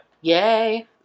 Yay